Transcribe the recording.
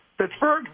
Pittsburgh